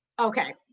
Okay